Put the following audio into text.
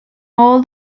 all